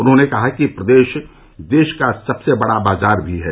उन्होंने कहा कि प्रदेश देश का सबसे बड़ा बाजार भी है